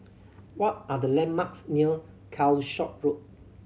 what are the landmarks near Calshot Road